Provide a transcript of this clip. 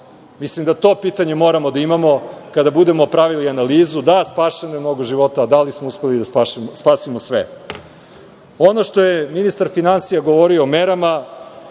Mislim da to pitanje moramo da imamo kada budemo pravili analizu. Da, spašeno je mnogo života, a da li smo uspeli da spasimo sve? Ono što je ministar finansija govorio o merama,